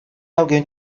alguém